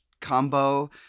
combo